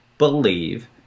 believe